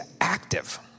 active